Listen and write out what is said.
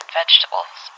vegetables